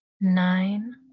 Nine